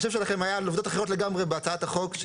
התחשיב שלכם היה על עובדות אחרות לגמרי בהצעת החוק.